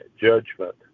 judgment